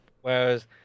Whereas